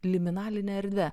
liminaline erdve